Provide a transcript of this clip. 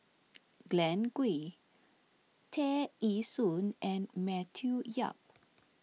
Glen Goei Tear Ee Soon and Matthew Yap